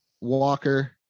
Walker